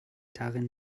darin